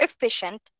efficient